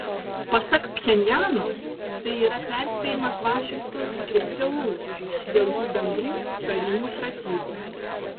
pasak pchenjano tai yra perspėjimas vašingtonui ir seului dėl jų bendrų karinių pratybų